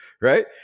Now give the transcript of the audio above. right